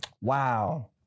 Wow